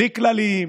בלי כללים,